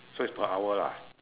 so is per hour lah